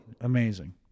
Amazing